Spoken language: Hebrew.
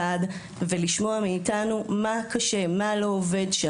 ולשמוע מאתנו מה קשה ומה לא עובד.